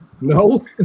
No